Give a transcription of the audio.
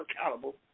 accountable